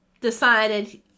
decided